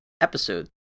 episode